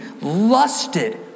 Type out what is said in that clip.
Lusted